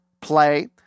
play